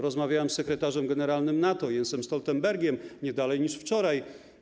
Rozmawiałem z sekretarzem generalnym NATO Jensem Stoltenbergiem nie dalej niż wczoraj.